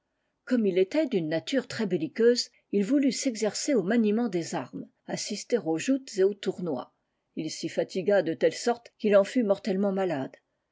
comme il était d'une nature très belliqueuse il voulut sexercer au maniement des armes assister aux joutes et aux tournois il s'y fatigua de telle sorte qu'il en fut mortellement malade